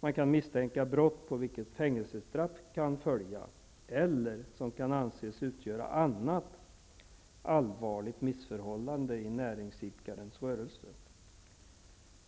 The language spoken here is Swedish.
något kan misstänkas utgöra brott på vilket fängelsestraff kan följa, eller kan anses utgöra annat allvarligt missförhållande i näringsidkarens rörelse.